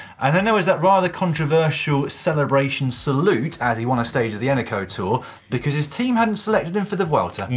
and then there was that rather controversial celebration salute as he won a stage of the eneco tour because his team hadn't selected him for the vuelta.